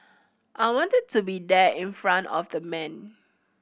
I wanted to be there in front of the man